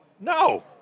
No